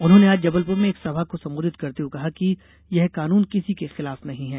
उन्होने आज जबलपुर में एक सभा को संबोधित करते हुए कहा कि यह कानून किसी के खिलाफ नहीं है